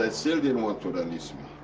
and still didn't want to release me.